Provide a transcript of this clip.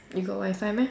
you got wifi meh